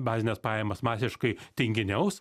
bazines pajamas masiškai tinginiaus